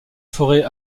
forêt